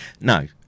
No